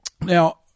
Now